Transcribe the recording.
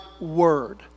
word